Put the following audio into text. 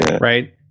Right